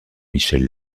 michel